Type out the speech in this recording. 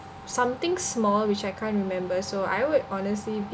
something small which I can't remember so I would honestly